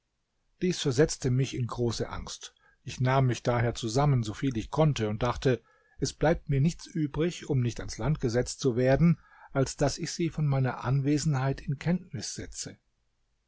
dies versetzte mich in große angst ich nahm mich daher zusammen soviel ich konnte und dachte es bleibt mir nichts übrig um nicht ans land gesetzt zu werden als daß ich sie von meiner anwesenheit in kenntnis setze